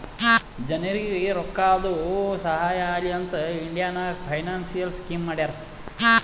ಜನರಿಗ್ ರೋಕ್ಕಾದು ಸಹಾಯ ಆಲಿ ಅಂತ್ ಇಂಡಿಯಾ ನಾಗ್ ಫೈನಾನ್ಸಿಯಲ್ ಸ್ಕೀಮ್ ಮಾಡ್ಯಾರ